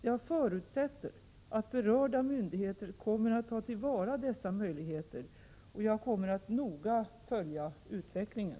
Jag förutsätter att berörda myndigheter kommer att ta till vara dessa möjligheter, och jag kommer att noga följa utvecklingen.